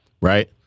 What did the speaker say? right